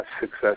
success